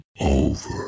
over